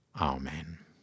amen